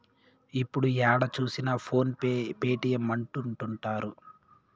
ఇప్పుడు ఏడ చూసినా ఫోన్ పే పేటీఎం అంటుంటారు